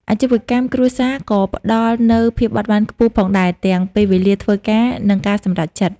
អាជីវកម្មគ្រួសារក៏ផ្ដល់នូវភាពបត់បែនខ្ពស់ផងដែរ ទាំងពេលវេលាធ្វើការ និងការសម្រេចចិត្ត។